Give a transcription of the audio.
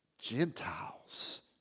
Gentiles